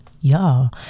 y'all